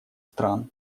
стран